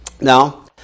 Now